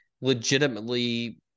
legitimately